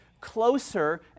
closer